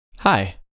Hi